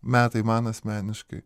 metai man asmeniškai